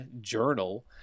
journal